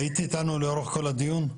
היית איתנו לאורך כל הדיון?